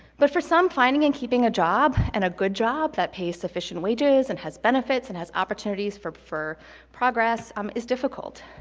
but for some, finding and keeping a job and a good job, that pays sufficient wages and has benefits and has opportunities for for progress um is difficult.